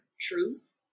truth